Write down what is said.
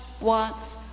wants